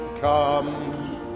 come